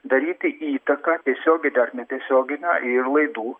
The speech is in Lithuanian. daryti įtaką tiesioginę ar netiesioginę ir laidų